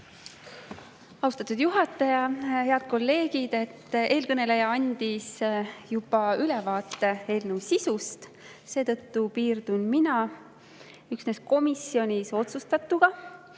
Austatud juhataja! Head kolleegid! Kuna eelkõneleja andis juba ülevaate eelnõu sisust, piirdun mina üksnes komisjonis otsustatuga.